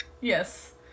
yes